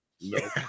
No